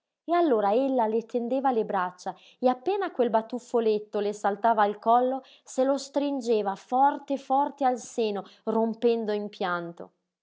e allora ella le tendeva le braccia e appena quel batuffoletto le saltava al collo se lo stringeva forte forte al seno rompendo